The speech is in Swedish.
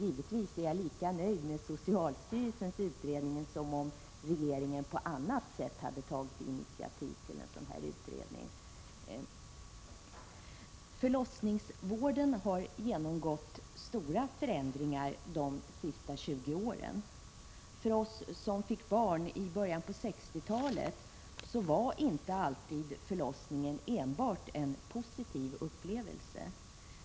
Givetvis är jag lika nöjd med att socialstyrelsen tillsätter en utredning som om regeringen på annat sätt hade tagit initiativ till en utredning. Förlossningsvården har genomgått stora förändringar under de senaste 20 åren. För oss som fick barn i början av 1960-talet var förlossningen inte alltid en enbart positiv upplevelse.